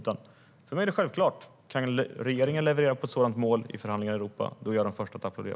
För mig är det självklart att om regeringen kan leverera ett sådant mål i förhandlingar i Europa är jag den första att applådera.